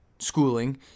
schooling